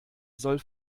soll